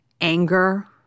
anger